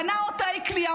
בנה עוד תאי כליאה,